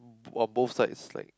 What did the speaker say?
on both sides like